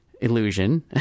illusion